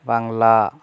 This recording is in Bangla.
বাংলা